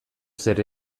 zer